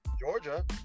Georgia